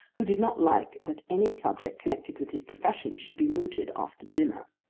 who did not like that any subject connected with his profession should be mooted after dinner.